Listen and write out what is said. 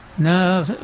No